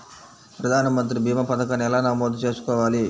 ప్రధాన మంత్రి భీమా పతకాన్ని ఎలా నమోదు చేసుకోవాలి?